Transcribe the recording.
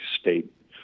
State